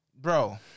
Bro